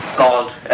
called